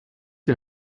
die